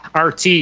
RT